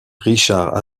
richard